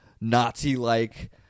Nazi-like